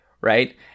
right